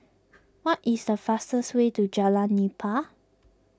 what is the fastest way to Jalan Nipah